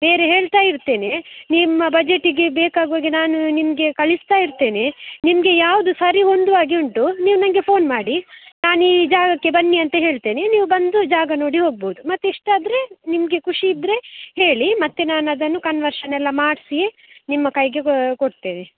ಬೇರೆ ಹೇಳ್ತಾ ಇರ್ತೇನೆ ನಿಮ್ಮ ಬಜೆಟಿಗೆ ಬೇಕಾಗುವ ಹಾಗೆ ನಾನು ನಿಮಗೆ ಕಳಿಸ್ತಾ ಇರ್ತೇನೆ ನಿಮಗೆ ಯಾವುದು ಸರಿ ಹೊಂದುವ ಹಾಗೆ ಉಂಟು ನೀವು ನನಗೆ ಫೋನ್ ಮಾಡಿ ನಾನು ಈ ಜಾಗಕ್ಕೆ ಬನ್ನಿ ಅಂತ ಹೇಳ್ತೇನೆ ನೀವು ಬಂದು ಜಾಗ ನೋಡಿ ಹೋಗ್ಬೋದು ಮತ್ತೆ ಇಷ್ಟ ಆದರೆ ನಿಮಗೆ ಖುಷಿ ಇದ್ದರೆ ಹೇಳಿ ಮತ್ತೆ ನಾನು ಅದನ್ನು ಕನ್ವರ್ಷನ್ ಎಲ್ಲ ಮಾಡಿಸಿ ನಿಮ್ಮ ಕೈಗೆ ಕೊಡ್ತೇನೆ